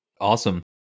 Awesome